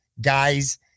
guys